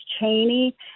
Cheney